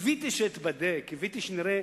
קיוויתי שאתבדה, קיוויתי שנראה